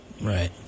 Right